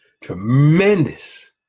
tremendous